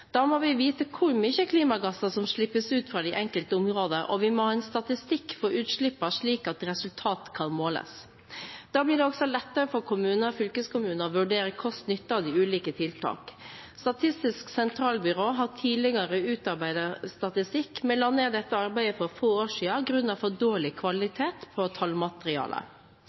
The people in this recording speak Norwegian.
Da må vi vite hvor mye klimagasser som slippes ut fra de enkelte områder, og vi må ha en statistikk for utslippene, slik at resultat kan måles. Da blir det også lettere for kommuner og fylkeskommuner å vurdere kost–nytte av de ulike tiltak. Statistisk sentralbyrå har tidligere utarbeidet statistikk, men la ned dette arbeidet for få år siden grunnet for dårlig kvalitet på tallmaterialet.